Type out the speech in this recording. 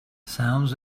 sounds